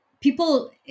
People